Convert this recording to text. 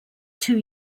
two